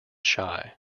shy